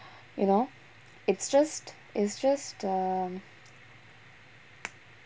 you know it's just it's just um